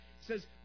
says